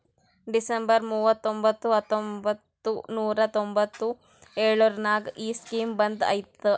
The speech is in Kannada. ಡಿಸೆಂಬರ್ ಮೂವತೊಂಬತ್ತು ಹತ್ತೊಂಬತ್ತು ನೂರಾ ತೊಂಬತ್ತು ಎಳುರ್ನಾಗ ಈ ಸ್ಕೀಮ್ ಬಂದ್ ಐಯ್ತ